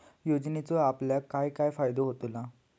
योजनेचो आपल्याक काय काय फायदो होता?